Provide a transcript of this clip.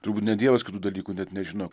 turbūt net dievas kitų dalykų net nežino